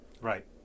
right